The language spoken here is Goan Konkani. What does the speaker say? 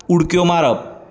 उडक्यो मारप